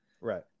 Right